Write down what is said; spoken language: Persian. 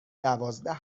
دوازده